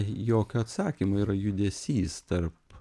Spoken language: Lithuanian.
jokio atsakymo yra judesys tarp